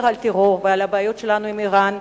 רק על טרור ועל הבעיות שלנו עם אירן,